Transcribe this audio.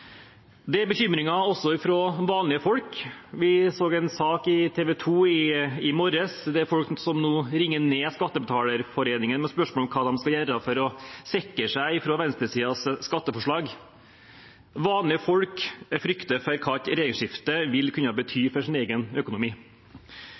Det er bekymringer også hos vanlige folk. Vi så en sak på TV 2 i morges. Det er folk som nå ringer ned Skattebetalerforeningen med spørsmål om hva de skal gjøre for å sikre seg mot venstresidens skatteforslag. Vanlige folk frykter for hva et regjeringsskifte vil kunne bety